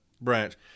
branch